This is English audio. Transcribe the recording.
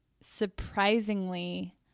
surprisingly